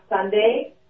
Sunday